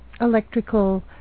electrical